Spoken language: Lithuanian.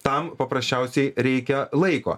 tam paprasčiausiai reikia laiko